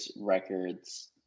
records